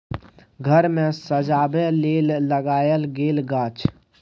घर मे सजबै लेल लगाएल गेल गाछ